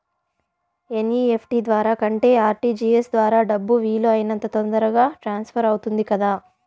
NEFT ద్వారా కంటే RTGS ద్వారా డబ్బు వీలు అయినంత తొందరగా ట్రాన్స్ఫర్ అవుతుంది కదా